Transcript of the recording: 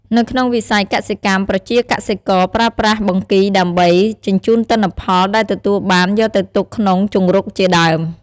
នៅក្នុងវិស័យកសិកម្មប្រជាកសិករប្រើប្រាស់បង្គីដើម្បី ជញ្ចូនទិន្នផលដែលទទួលបានយកទៅទុកក្នុងជង្រុកជាដើម។